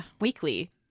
weekly